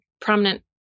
prominent